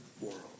world